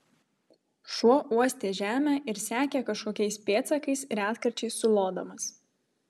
šuo uostė žemę ir sekė kažkokiais pėdsakais retkarčiais sulodamas